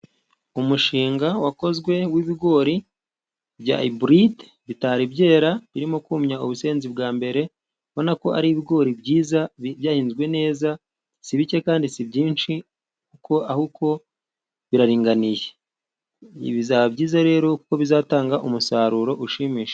Umushinga wakozwe w'ibigori bya iburide bitari byera birimo kumya ubusenzi bwa mbere, ubona ko ari ibigori byiza byahinzwe neza. Si bike kandi si byinshi, kuko ahubwo biraringaniye. Bizaba byiza rero kuko bizatanga umusaruro ushimishije.